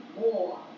more